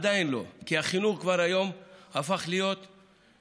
עדיין לא, כי החינוך כבר היום הפך להיות הוצאה